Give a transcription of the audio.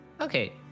Okay